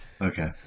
Okay